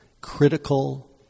critical